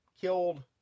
killed